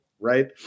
right